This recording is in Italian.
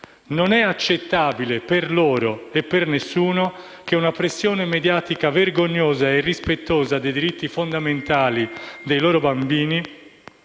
Non è accettabile per loro - e per nessuno - una pressione mediatica vergognosa e irrispettosa dei diritti fondamentali dei loro bambini